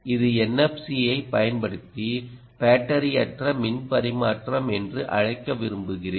இதை NFC ஐப் பயன்படுத்தி பேட்டரியற்ற மின் பரிமாற்றம் என்று அழைக்க விரும்புகிறேன்